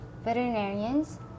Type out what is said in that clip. veterinarians